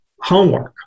homework